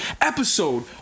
episode